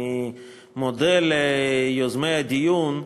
אני מודה ליוזמי הדיון,